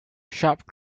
sharp